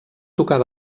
tocar